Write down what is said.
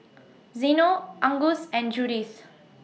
Zeno Angus and Judith